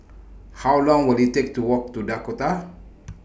How Long Will IT Take to Walk to Dakota